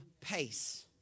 pace